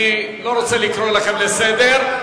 אני לא רוצה לקרוא אתכם לסדר.